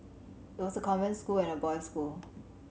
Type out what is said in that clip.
it was a convent school and a boys school